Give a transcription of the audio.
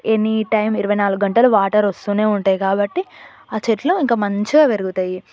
anytime ఇరవై నాలుగు గంటలు వాటర్ వస్తూనే ఉంటాయి కాబట్టి ఆ చెట్లు ఇంక మంచిగా పెరుగుతాయి